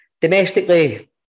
domestically